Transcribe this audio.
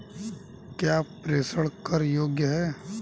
क्या प्रेषण कर योग्य हैं?